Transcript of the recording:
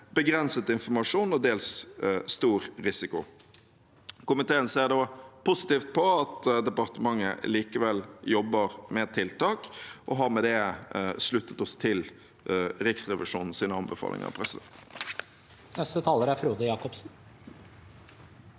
begrenset informasjon og dels stor risiko. Komiteen ser da positivt på at departementet likevel jobber med tiltak, og vi har med det sluttet oss til Riksrevisjonens anbefalinger. Ma su